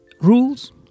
Rules